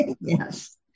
Yes